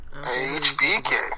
HBK